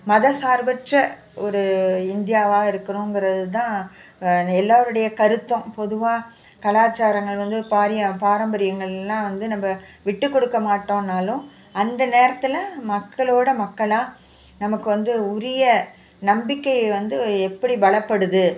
மதசார்பற்ற ஒரு இந்தியாவாக இருக்குறோங்கிறது தான் எல்லோருடைய கருத்தும் பொதுவாக கலாச்சாரங்கள் வந்து பாரிய பாரம்பரியங்களெல்லாம் வந்து நம்ம விட்டுக்கொடுக்க மாட்டோன்னாலும் அந்த நேரத்தில் மக்களோடய மக்களாக நமக்கு வந்து உரிய நம்பிக்கையை வந்து எப்படி பலப்படுது